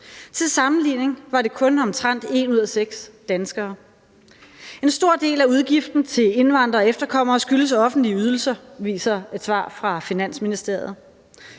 Til sammenligning var det kun omtrent en ud af seks danskere. En stor del af udgiften til indvandrere og efterkommere skyldes offentlige ydelser, viser et svar fra Finansministeriet.